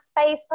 space